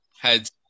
Heads